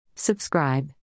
Subscribe